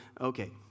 Okay